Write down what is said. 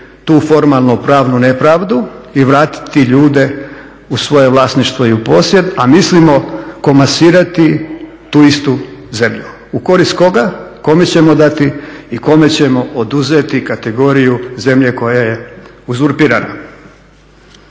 tu formalno pravnu nepravdu i vratiti ljude u svoje vlasništvo i u posjed, a mislimo komasirati tu istu zemlju. U korist koga? Kome ćemo dati i kome ćemo oduzeti kategoriju zemlje koja je uzurpirana?